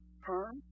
perm